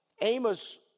Amos